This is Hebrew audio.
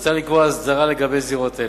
מוצע לקבוע הסדרה לגבי זירות אלה.